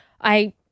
I-